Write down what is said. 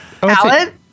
Palette